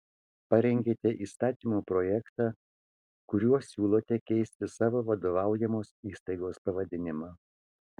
parengėte įstatymo projektą kuriuo siūlote keisti savo vadovaujamos įstaigos pavadinimą